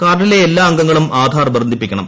കാർഡിലെ എല്ലാ അംഗങ്ങളും ആധാർ ബന്ധിപ്പിക്കണം